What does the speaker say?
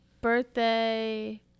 birthday